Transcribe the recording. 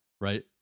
right